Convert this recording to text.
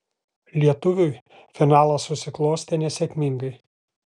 lietuviui finalas susiklostė nesėkmingai